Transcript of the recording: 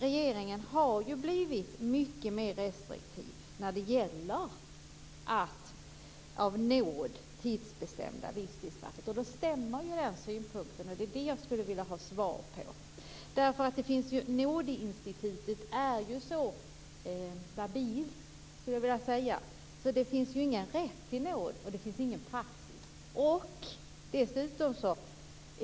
Regeringen har blivit mer restriktiv vad gäller att genom nåd tidsbestämma livstidsstraff. Då stämmer den synpunkten. Det är det jag vill ha svar på. Nådeinstitutet är labilt. Det finns ingen rätt till nåd, och det finns ingen praxis.